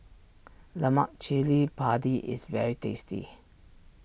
Lemak chilli Padi is very tasty